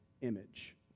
image